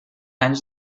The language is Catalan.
anys